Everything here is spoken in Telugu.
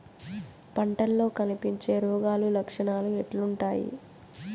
పంటల్లో కనిపించే రోగాలు లక్షణాలు ఎట్లుంటాయి?